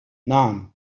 نعم